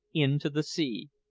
into the sea.